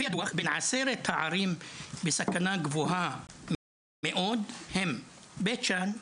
לפי הדוח עשרת הערים בסכנה גבוהה מאוד הם בית שאן,